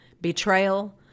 betrayal